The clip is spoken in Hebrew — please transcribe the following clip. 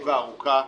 פרספקטיבה ארוכה.